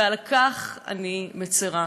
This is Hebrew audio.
ועל כך אני מצרה,